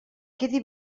quedi